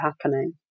happening